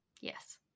Yes